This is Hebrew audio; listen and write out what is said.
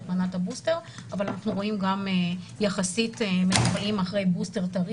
מנת הבוסטר אבל אנחנו רואים גם מחוסנים אחרי בוסטר טרי